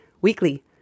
weekly